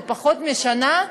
בפחות משנה,